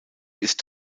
ist